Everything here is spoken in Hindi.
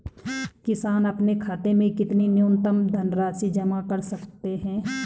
किसान अपने खाते में कितनी न्यूनतम धनराशि जमा रख सकते हैं?